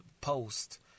post